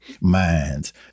minds